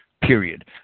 period